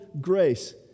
grace